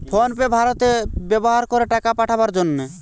phone pay ভারতে ব্যাভার করে টাকা পাঠাবার জন্যে